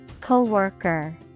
Co-worker